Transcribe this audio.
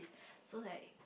so like